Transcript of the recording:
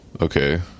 Okay